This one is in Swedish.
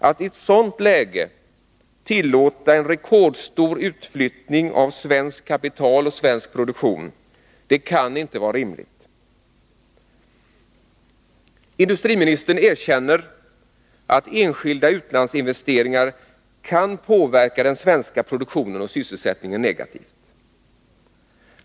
Att i ett sådant läge tillåta en rekordstor utflyttning av svenskt kapital och svensk produktion kan inte vara rimligt. Industriministern erkänner att enskilda utlandsinvesteringar kan påverka den svenska produktionen och sysselsättningen negativt.